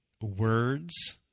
words